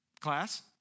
Class